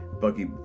Bucky